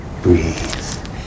Breathe